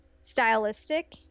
stylistic